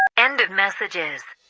end of messages